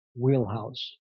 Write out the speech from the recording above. wheelhouse